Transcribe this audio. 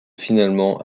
finalement